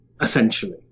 essentially